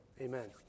amen